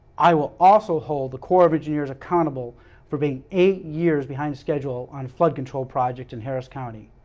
i will also hold the corps of jeers accountable for being eight years behind schedule on flood control projects in harris county.